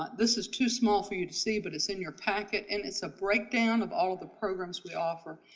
ah this is too small for you to see, but it's in your packet and it's a breakdown of all the programs we offer,